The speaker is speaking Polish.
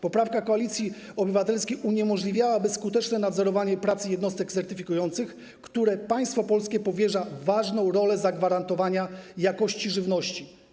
Poprawka Koalicji Obywatelskiej uniemożliwiałaby skuteczne nadzorowanie pracy jednostek certyfikujących, którym państwo polskie powierza ważną rolę zagwarantowania jakości żywności.